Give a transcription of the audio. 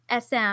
sm